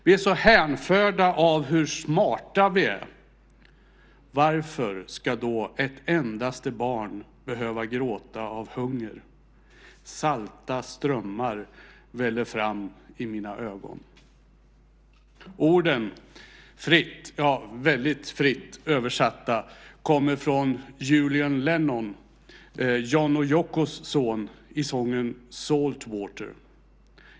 Vi är så hänförda av hur smarta vi är. Varför ska då ett endaste barn behöva gråta av hunger? Salta strömmar väller fram i mina ögon. Orden, väldigt fritt översatta, kommer från Julian Lennon, John och Yokos son, i sången Saltwater .